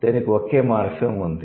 దీనికి ఒకే మార్ఫిమ్ ఉంది